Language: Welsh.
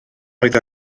oedd